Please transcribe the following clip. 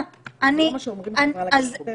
זה לא שאומרים החברה להגנת הטבע.